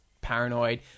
paranoid